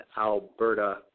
Alberta